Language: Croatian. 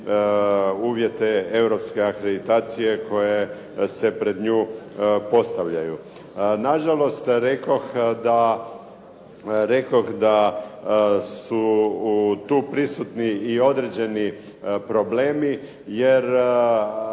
uvjete europske akreditacije koje se pred nju postavljaju. Nažalost, rekoh da su tu prisutni i određeni problemi jer